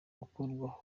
gukurwaho